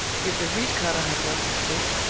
if the reed-cutter had lost his boat,